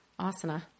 asana